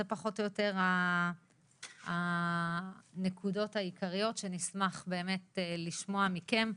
זה פחות או יותר הנקודות העיקריות שנשמח באמת לשמוע מכם.